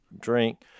drink